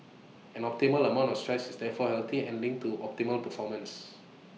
an optimal amount of stress is therefore healthy and linked to optimal performance